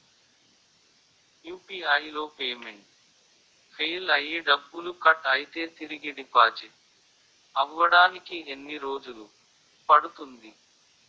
UPI లో payment fail అయ్యి డబ్బులు కట్ అయితే తిరిగి డిపాజిట్ అవ్వడానికి ఎన్ని రోజులు పడుతుంది?